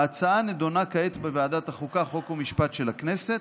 ההצעה נדונה כעת בוועדת החוקה, חוק ומשפט של הכנסת